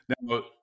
Now